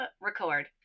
record